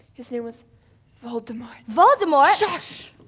his name was voldemort. voldemort? shush!